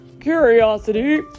Curiosity